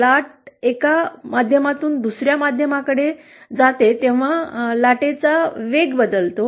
लाट एका प्रसारमाध्यमातून दुस या माध्यमाकडे जाते तेव्हा लाटेचा वेग बदलतो